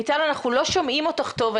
מיטל, אנחנו לא שומעים אותך טוב.